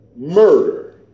murder